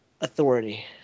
authority